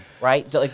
Right